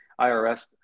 IRS